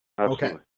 okay